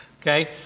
okay